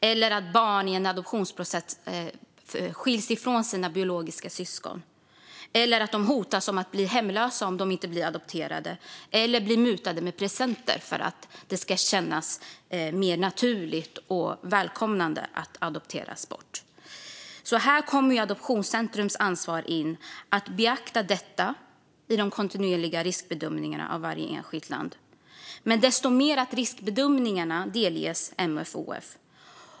Och barn har i en adoptionsprocess skilts från sina biologiska syskon. De har också hotats med att bli hemlösa om de inte blir adopterade eller blivit mutade med presenter för att det ska kännas mer naturligt och välkomnande att adopteras bort. Här kommer Adoptionscentrums ansvar in. Man ska beakta detta i de kontinuerliga riskbedömningarna av varje enskilt land. Men framför allt ska riskbedömningarna delges MFoF.